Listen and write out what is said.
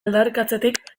aldarrikatzetik